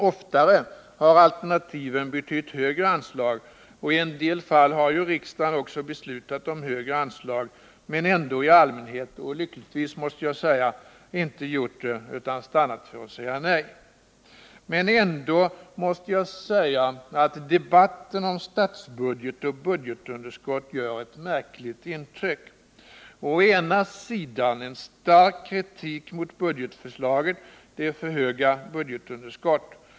Oftare har alternativen betytt högre anslag, och i en del fall har ju riksdagen också beslutat om högre anslag, men ändå i allmänhet — och lyckligtvis, måste jag säga — inte gjort det, utan stannat för att säga nej. Men ändå måste jag säga att debatten om statsbudget och budgetunderskott gör ett märkligt intryck. Å ena sidan en stark kritik mot budgetförslaget — det är för höga budgetunderskott.